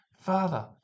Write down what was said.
Father